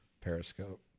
Periscope